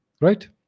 right